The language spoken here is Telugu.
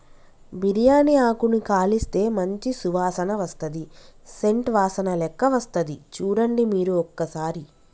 బిరియాని ఆకును కాలిస్తే మంచి సువాసన వస్తది సేంట్ వాసనలేక్క వస్తది చుడండి మీరు ఒక్కసారి